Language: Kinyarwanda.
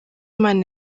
imana